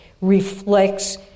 reflects